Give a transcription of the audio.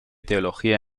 teología